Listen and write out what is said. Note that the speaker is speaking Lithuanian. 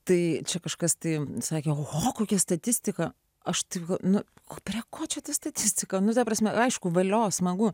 tai čia kažkas tai sakė o kokia statistika aš tik nu o prie ko čia ta statistika nu ta prasme aišku valio smagu